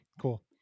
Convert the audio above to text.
cool